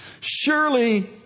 Surely